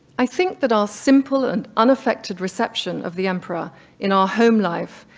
i think that our simple and unaffected reception of the emperor in our home life,